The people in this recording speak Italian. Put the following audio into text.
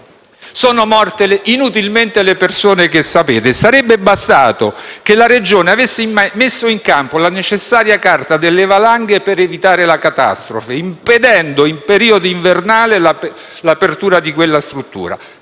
sono morte inutilmente le persone che sapete. Sarebbe bastato che la Regione avesse messo in campo la necessaria carta delle valanghe per evitare la catastrofe, impedendo l'apertura di quella struttura